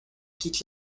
quitte